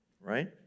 right